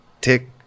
tick